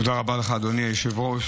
תודה רבה לך, אדוני היושב-ראש.